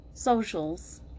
Socials